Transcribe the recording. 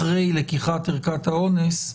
אחרי לקיחת ערכת האונס,